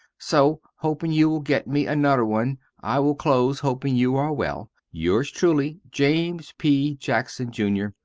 so hoping you will get me a nuther one i will close hoping you are well. yours truly, james p. jackson jr.